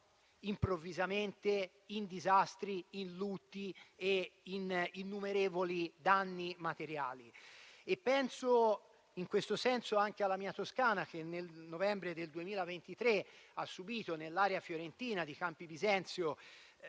improvvisamente ad affrontare disastri, lutti e innumerevoli danni materiali. Penso, in questo senso, anche alla mia Toscana, che nel novembre 2023 ha subito, nell'area fiorentina di Campi Bisenzio,